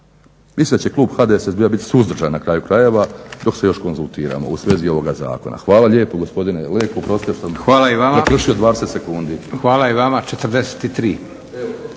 Mislim da će klub HDSSB-a biti suzdržan na kraju krajeva dok se još konzultiramo u svezi ovoga zakona. Hvala lijepo gospodine Leko, oprostite što sam